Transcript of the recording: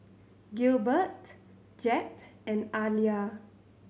Gilbert Jep and Aaliyah